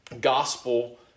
gospel